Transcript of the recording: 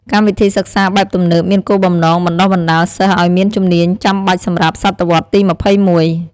កម្មវិធីសិក្សាបែបទំនើបមានគោលបំណងបណ្ដុះបណ្ដាលសិស្សឲ្យមានជំនាញចាំបាច់សម្រាប់សតវត្សរ៍ទី២១។